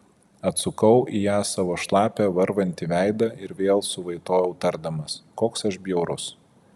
atsukau į ją savo šlapią varvantį veidą ir vėl suvaitojau tardamas koks aš bjaurus